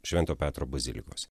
švento petro bazilikos